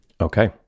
Okay